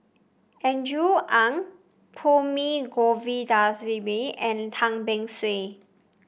Andrew Ang Perumal Govindaswamy and Tan Beng Swee